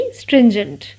stringent